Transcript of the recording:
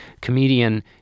comedian